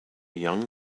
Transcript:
young